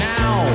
now